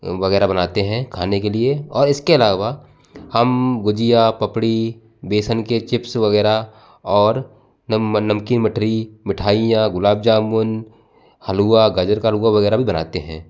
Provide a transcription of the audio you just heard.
वगैरह बनाते हैं खाने के लिए और इसके अलावा हम गुजिया पपड़ी बेसन के चिप्स वगैरह और नमकीन मठरी मिठाइयाँ गुलाब जामून हलवा गाजर का हलवा वगैरह भी बनाते हैं